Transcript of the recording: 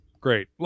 great